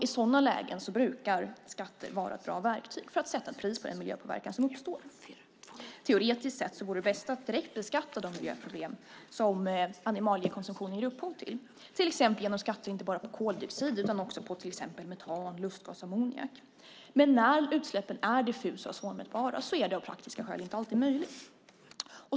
I sådana lägen brukar skatter vara bra verktyg för att sätta pris på den miljöpåverkan som uppstår. Teoretiskt sett vore det bästa att direkt beskatta de miljöproblem som animalieproduktionen ger upphov till, till exempel genom skatter på inte bara koldioxid utan också till exempel metan, lustgas och ammoniak. Men när utsläppen är diffusa och svårmätbara är det av praktiska skäl inte alltid möjligt.